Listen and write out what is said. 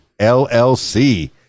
LLC